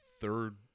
third